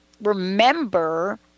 remember